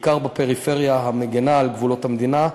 בעיקר בפריפריה המגינה על גבולות המדינה,